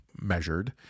measured